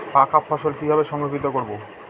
পাকা ফসল কিভাবে সংরক্ষিত করব?